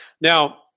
now